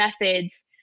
methods